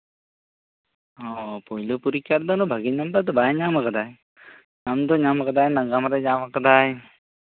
ᱚᱸᱻ ᱯᱳᱭᱞᱳ ᱯᱚᱨᱤᱠᱠᱷᱟ ᱨᱮᱫᱚ ᱵᱷᱟᱜᱮ ᱱᱟᱢᱵᱟᱨ ᱫᱚ ᱵᱟᱭ ᱧᱟᱢ ᱟᱠᱟᱫᱟᱭ ᱧᱟᱢ ᱫᱚ ᱧᱟᱢ ᱠᱟᱫᱟᱭ ᱱᱟᱜᱟᱢᱨᱮᱭ ᱧᱟᱢ ᱠᱟᱫᱟᱭ